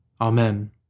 Amen